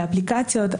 לאפליקציות.